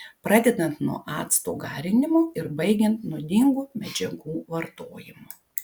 pradedant nuo acto garinimo ir baigiant nuodingų medžiagų vartojimu